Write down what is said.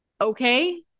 okay